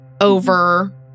over